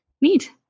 Neat